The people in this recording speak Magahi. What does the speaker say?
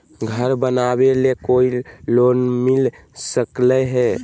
घर बनावे ले कोई लोनमिल सकले है?